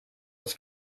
his